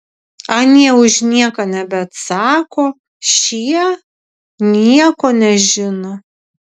anie už nieką nebeatsako šie nieko nežino